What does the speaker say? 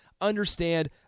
understand